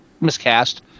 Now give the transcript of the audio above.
miscast